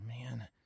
man